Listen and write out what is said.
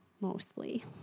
mostly